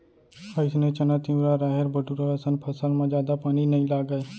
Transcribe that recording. अइसने चना, तिंवरा, राहेर, बटूरा असन फसल म जादा पानी नइ लागय